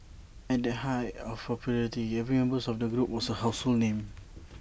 at the height of their popularity every members of the group was A household name